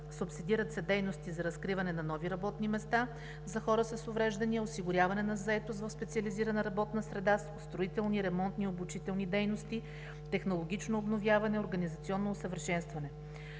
субсидират се дейности за разкриване на нови работни места за хора с увреждания, осигуряване на заетост в специализирана работна среда, строителни, ремонтни и обучителни дейности, технологично обновяване, организационно усъвършенстване.